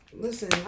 listen